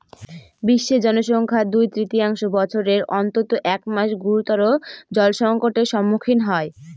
বিশ্বের জনসংখ্যার দুই তৃতীয়াংশ বছরের অন্তত এক মাস গুরুতর জলসংকটের সম্মুখীন হয়